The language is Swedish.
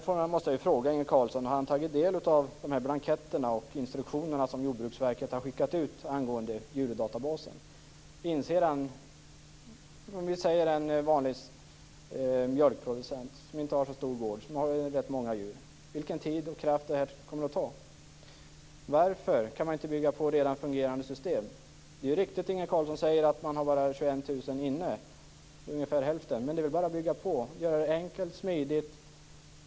Inser han vilken tid och kraft det här kommer att ta från en vanlig mjölkproducent som inte har så stor gård men rätt många djur? Varför kan man inte bygga på redan fungerande system? Det är riktigt det Inge Carlsson säger att man bara har 21 000 i systemet. Det är ungefär hälften. Men det är väl bara att bygga på, göra det enkelt och smidigt.